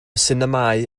sinemâu